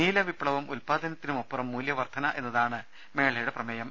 നീല വിപ്ലവം ഉദ്പാദനത്തിനുമപ്പുറം മൂല്യ വർധന എന്നതാണ് മേളയുടെ പ്രമേയം